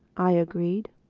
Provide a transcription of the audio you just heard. i agreed.